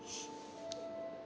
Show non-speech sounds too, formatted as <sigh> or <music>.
<breath>